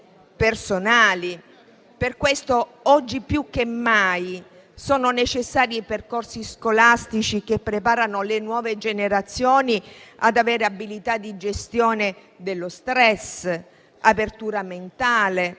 Per questo oggi più che mai sono necessari percorsi scolastici che preparino le nuove generazioni ad avere abilità di gestione dello stress, apertura mentale,